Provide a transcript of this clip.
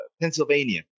Pennsylvania